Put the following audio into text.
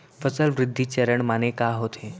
फसल वृद्धि चरण माने का होथे?